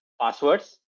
passwords